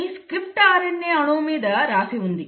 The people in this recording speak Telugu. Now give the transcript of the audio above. కానీ స్క్రిప్ట్ RNA అణువు మీద రాసి ఉంది